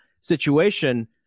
situation